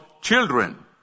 children